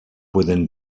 within